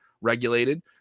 regulated